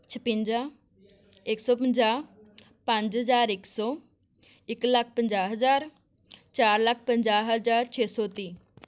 ਛਪੰਜਾ ਇੱਕ ਸੌ ਪੰਜਾਹ ਪੰਜ ਹਜ਼ਾਰ ਇੱਕ ਸੌ ਇੱਕ ਲੱਖ ਪੰਜਾਹ ਹਜ਼ਾਰ ਚਾਰ ਲੱਖ ਪੰਜਾਹ ਹਜ਼ਾਰ ਛੇ ਸੌ ਤੀਹ